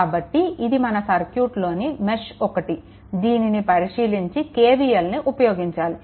కాబట్టి ఇది మన సర్క్యూట్లోని మెష్1 దీనిని పరిశీలించి KVLని ఉపయోగించాలి